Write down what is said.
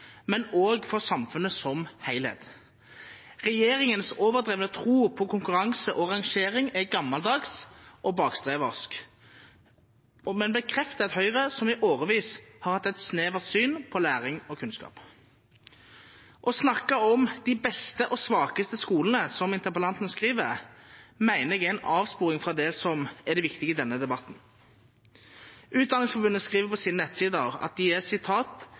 men også for samfunnet som helhet. Regjeringens overdrevne tro på konkurranse og rangering er gammeldags og bakstreversk, men bekrefter et Høyre som i årevis har hatt et snevert syn på læring og kunnskap. Å snakke om «de beste og svakeste skolene», som interpellanten skriver, mener jeg er en avsporing fra det som er det viktige i denne debatten. Utdanningsforbundet skriver på sine nettsider at de er